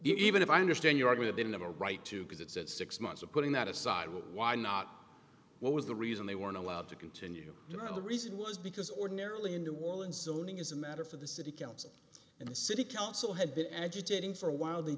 even if i understand your argument didn't have a right to because it said six months of putting that aside why not what was the reason they weren't allowed to continue you know the reason was because ordinarily in new orleans zoning is a matter for the city council and the city council had been agitating for a while they